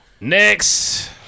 Next